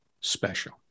special